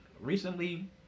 Recently